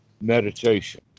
meditation